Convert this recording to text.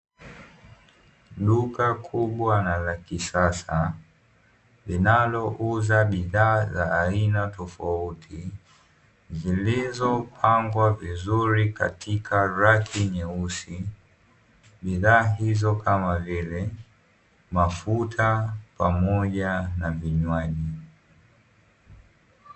Duka kubwa na la kisasa, linalouza bidhaa za aina tofauti, zilizopangwa vizuri katika rangi nyeusi, bidhaa hizo ni kama vile mafuta pamoja na vinywaji.